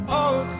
old